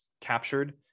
captured